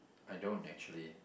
I don't actually